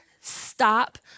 stop